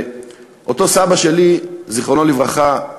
ואותו סבא שלי, זיכרונו לברכה,